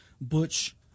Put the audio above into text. butch